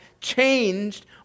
changed